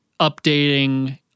updating